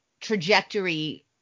trajectory